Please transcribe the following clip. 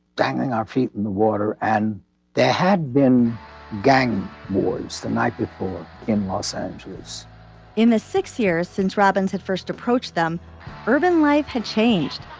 dragging our feet in the water and there had been gang wars the night before in los angeles in the six years since robins had first approached them urban life had changed.